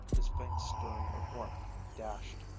his faint stirring of warmth dashed,